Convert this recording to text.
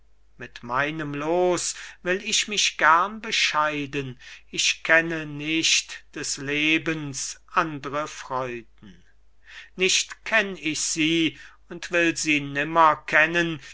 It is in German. mit meinem loos will ich mich gern bescheiden ich kenne nicht des lebens andre freuden nicht kenn ich sie und will sie nimmer kennen